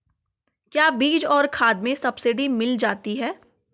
क्या बीज और खाद में सब्सिडी मिल जाती है?